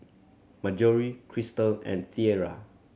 Marjory Cristal and Tiera